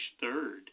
third